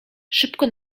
szybko